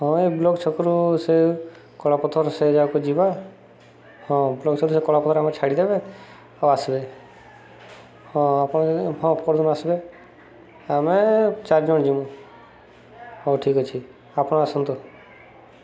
ହଁ ଏଇ ବ୍ଲକ ଛକରୁ ସେ କଳାପଥର ସେ ଯାଗାକୁ ଯିବା ହଁ ବ୍ଲକ ଛକରୁ ସେ କଳାପଥର ଆମେ ଛାଡ଼ିଦେବେ ଆଉ ଆସିବେ ହଁ ଆପଣ ହଁ ପଅର୍ଦିନ ଆସିବେ ଆମେ ଚାରି ଜଣ ଯିମୁ ହଉ ଠିକ୍ ଅଛି ଆପଣ ଆସନ୍ତୁ